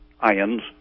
ions